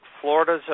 Florida's